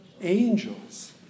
Angels